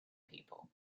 people